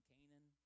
Canaan